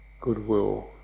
goodwill